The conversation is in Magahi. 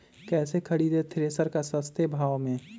कैसे खरीदे थ्रेसर को सस्ते भाव में?